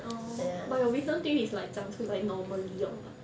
orh but your wisdom teeth is like 长出来 normally or what